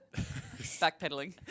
backpedaling